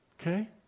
Okay